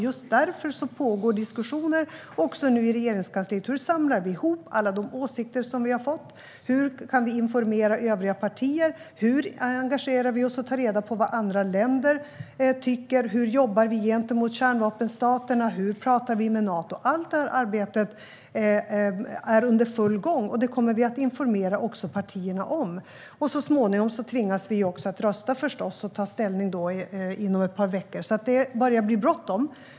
Just därför pågår nu diskussioner i Regeringskansliet. Hur samlar vi ihop alla de åsikter som vi har fått? Hur kan vi informera övriga partier? Hur engagerar vi oss och tar reda på vad andra länder tycker? Hur jobbar vi gentemot kärnvapenstaterna? Hur talar vi med Nato? Allt detta arbete är under full gång. Det kommer vi också att informera partierna om. Så småningom tvingas vi förstås också att rösta och ta ställning inom ett par veckor. Det börjar bli bråttom.